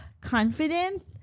confident